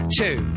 two